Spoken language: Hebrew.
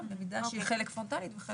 למידה שחלקה פרונטלית.